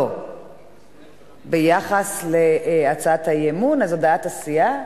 לא, ביחס להצעת האי-אמון, אז, הודעת הסיעה,